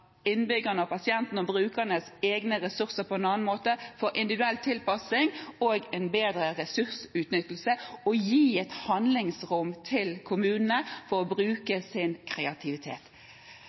innbyggerne og pasientene og brukernes egne ressurser på en annen måte for individuell tilpasning og en bedre ressursutnyttelse, og å gi et handlingsrom til kommunene for å bruke sin kreativitet.